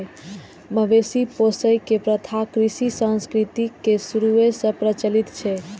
मवेशी पोसै के प्रथा कृषि संस्कृति के शुरूए सं प्रचलित छै